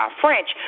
French